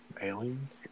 aliens